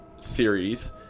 series